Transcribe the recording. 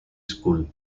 school